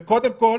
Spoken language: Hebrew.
קודם כול,